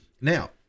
Now